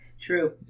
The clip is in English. True